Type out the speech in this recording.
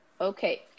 Okay